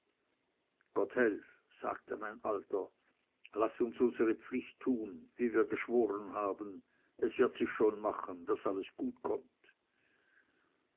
gotthelf sagte mein alter laß uns unsere pflicht tun wie wir geschworen haben es wird sich schon machen daß alles gut kommt